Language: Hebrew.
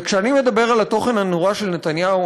כשאני מדבר על התוכן הנורא של נתניהו,